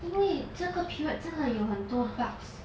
因为这个 period 真的有很多 bugs